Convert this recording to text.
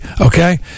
Okay